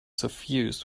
suffused